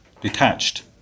detached